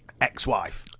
ex-wife